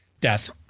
Death